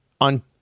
on